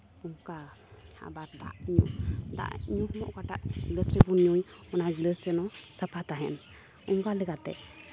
ᱚᱱᱠᱟ ᱟᱵᱟᱨ ᱫᱟᱜ ᱧᱩ ᱫᱟᱜ ᱧᱩ ᱦᱚᱸ ᱚᱠᱟᱴᱟᱜ ᱜᱤᱞᱟᱹᱥ ᱨᱮᱵᱚᱱ ᱧᱩᱭ ᱚᱱᱟ ᱜᱤᱞᱟᱹᱥ ᱡᱮᱱᱚ ᱥᱟᱯᱷᱟ ᱛᱟᱦᱮᱱ ᱚᱱᱠᱟ ᱞᱮᱠᱟᱛᱮ